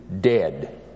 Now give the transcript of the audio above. dead